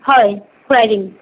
হয় ঘূৰাই দিম